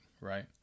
right